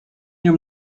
nią